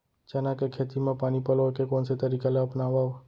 चना के खेती म पानी पलोय के कोन से तरीका ला अपनावव?